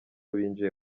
binjiye